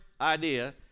idea